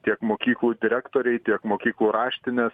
tiek mokyklų direktoriai tiek mokyklų raštinės